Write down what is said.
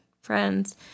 friends